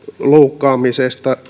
loukkaamisesta